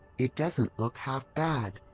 it doesn't look half bad!